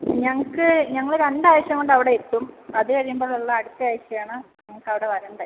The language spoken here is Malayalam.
ഞങ്ങൾക്ക് ഞങ്ങൾ രണ്ടാഴ്ച കൊണ്ട് അവിടെ എത്തും അത് കഴിയുമ്പോഴുള്ള അടുത്ത ആഴ്ച ആണ് ഞങ്ങൾക്ക് അവിടെ വരേണ്ടത്